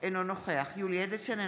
אינו נוכח יולי יואל אדלשטיין,